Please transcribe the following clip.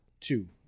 two